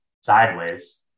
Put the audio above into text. sideways